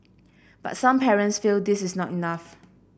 but some parents feel this is not enough